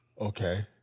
Okay